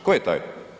Tko je taj?